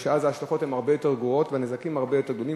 כי אז ההשלכות הן הרבה יותר גרועות והנזקים הרבה גדולים,